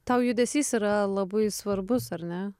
tau judesys yra labai svarbus ar ne